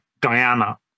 Diana